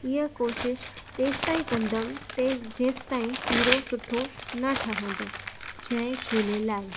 इहा कोशिश तेसीं ताईं कंदमि जेसीं ताईं सीरो सुठो न ठहंदो जय झूलेलाल